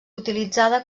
utilitzada